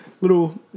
little